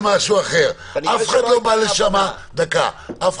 אף אחד לא בא לשם מרצון.